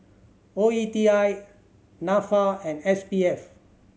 O E T I Nafa and S P F